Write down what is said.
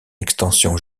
extension